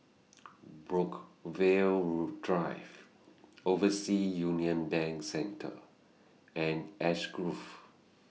Brookvale Drive Overseas Union Bank Centre and Ash Grove